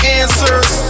answers